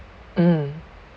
mm